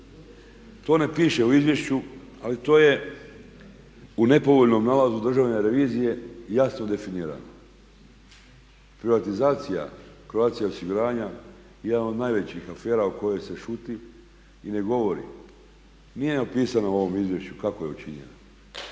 To ne piše u izvješću ali to je u nepovoljnom nalazu Državne revizije jasno definirano. Privatizacija Croatia osiguranja je jedna od najvećih afera o kojoj se šuti i ne govori. Nije napisana u ovom izvješću kako je učinjena.